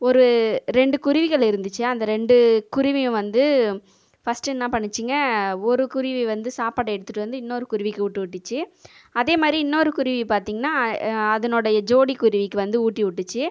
ஒரு ரெண்டு குருவிகள் இருந்துச்சு அந்த ரெண்டு குருவியும் வந்து ஃபஸ்டு என்ன பண்ணுச்சுங்கள் ஒரு குருவி வந்து சாப்பாடு எடுத்துகிட்டு வந்து இன்னொரு குருவிக்கு ஊட்டி விட்டுச்சு அதே மாதிரி இன்னொரு குருவி பார்த்தீங்கனா அதனுடைய ஜோடி குருவிக்கு வந்து ஊட்டி விட்டுச்சு